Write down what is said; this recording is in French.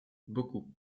beaucoup